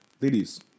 Ladies